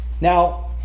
Now